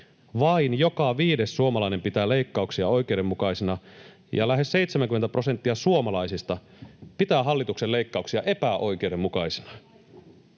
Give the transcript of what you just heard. vain — joka viides suomalainen pitää leikkauksia oikeudenmukaisina ja lähes 70 prosenttia suomalaisista pitää hallituksen leikkauksia epäoikeudenmukaisina.